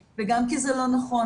וגם כי זה לא נכון,